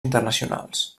internacionals